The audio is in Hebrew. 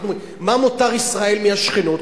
מה מותר ישראל מהשכנות?